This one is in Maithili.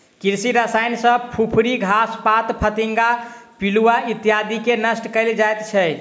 कृषि रसायन सॅ फुफरी, घास पात, फतिंगा, पिलुआ इत्यादिके नष्ट कयल जाइत छै